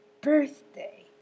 birthday